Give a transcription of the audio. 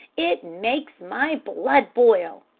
it makes my blood boil!